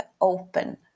open